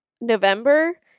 November